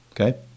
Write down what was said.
Okay